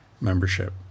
membership